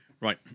Right